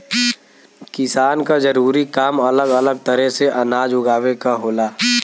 किसान क जरूरी काम अलग अलग तरे से अनाज उगावे क होला